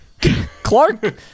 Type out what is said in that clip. Clark